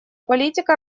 политика